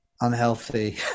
unhealthy